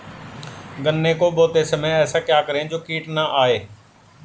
गन्ने को बोते समय ऐसा क्या करें जो कीट न आयें?